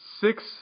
Six